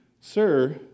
Sir